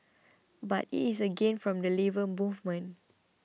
but it is a gain for the Labour Movement